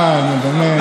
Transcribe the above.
נו, באמת.